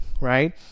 right